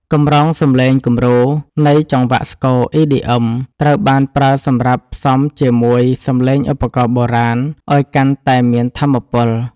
កម្រងសំឡេងគំរូ នៃចង្វាក់ស្គរ EDM ត្រូវបានប្រើសម្រាប់ផ្សំជាមួយសំឡេងឧបករណ៍បុរាណឱ្យកាន់តែមានថាមពល។